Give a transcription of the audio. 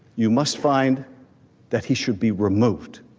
you must find that he should be removed